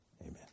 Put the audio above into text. Amen